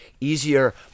easier